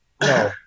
no